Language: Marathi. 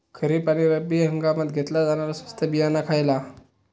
खरीप आणि रब्बी हंगामात घेतला जाणारा स्वस्त बियाणा खयला?